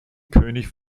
könig